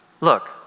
look